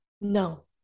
no